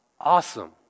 awesome